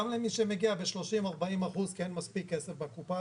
גם למי שמגיע ב-30%-40% כי אין מספיק כסף בקופה,